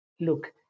look